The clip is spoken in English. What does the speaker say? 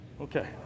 Okay